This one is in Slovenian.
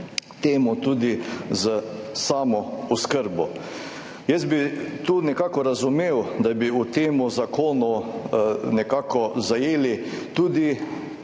tudi samooskrba. Jaz bi tukaj nekako razumel, da bi v tem zakonu nekako zajeli tudi